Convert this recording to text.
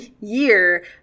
year